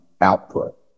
output